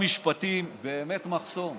המשפטים הוא באמת מחסום